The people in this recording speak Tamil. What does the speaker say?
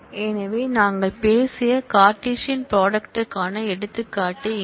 எனவே நாங்கள் பேசிய கார்ட்டீசியன் ப்ராடக்ட்க்கான எடுத்துக்காட்டு இங்கே